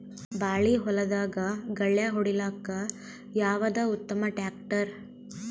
ಬಾಳಿ ಹೊಲದಾಗ ಗಳ್ಯಾ ಹೊಡಿಲಾಕ್ಕ ಯಾವದ ಉತ್ತಮ ಟ್ಯಾಕ್ಟರ್?